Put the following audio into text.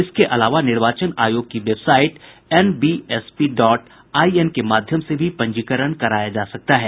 इसके अलावा निर्वाचन आयोग की website N V S P dot I N के माध्यम से भी पंजीकरण कराया जा सकता है